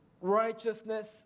righteousness